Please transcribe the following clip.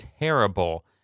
terrible